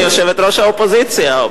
יושבת-ראש האופוזיציה.